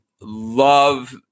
love